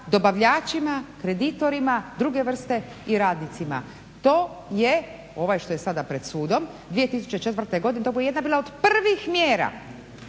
dobavljačima, kreditorima druge vrste i radnicima. To je ovaj što je sada pred sudom, 2004. godine to mu je jedna bila od prvih mjera.